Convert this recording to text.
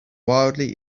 wildly